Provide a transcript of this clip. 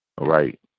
Right